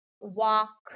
walk